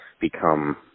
become